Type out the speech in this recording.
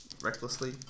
recklessly